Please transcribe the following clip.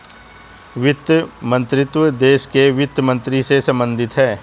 वित्त मंत्रीत्व देश के वित्त मंत्री से संबंधित है